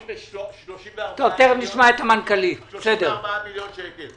- 34 מיליון שקל.